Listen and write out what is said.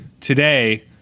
today